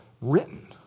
written